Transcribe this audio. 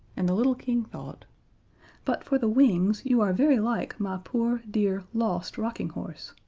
and the little king thought but for the wings you are very like my poor, dear lost rocking horse.